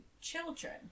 children